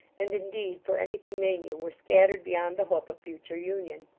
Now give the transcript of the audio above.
and indeed, for anything they knew, were scattered beyond the hope of future union.